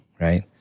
Right